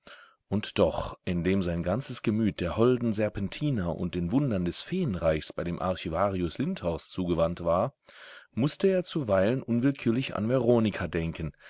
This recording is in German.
und doch indem sein ganzes gemüt der holden serpentina und den wundern des feenreichs bei dem archivarius lindhorst zugewandt war mußte er zuweilen unwillkürlich an veronika denken